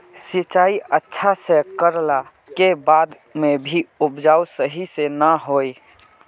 सिंचाई अच्छा से कर ला के बाद में भी उपज सही से ना होय?